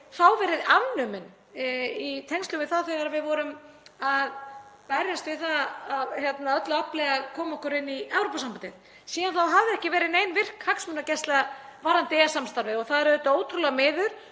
þá verið afnumin í tengslum við það þegar við vorum að berjast við það af öllu afli að koma okkur inn í Evrópusambandið. Síðan þá hafði ekki verið nein virk hagsmunagæsla varðandi EES-samstarfið og það er auðvitað ótrúlega miður